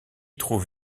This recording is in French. trouve